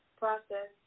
process